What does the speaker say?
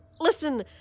Listen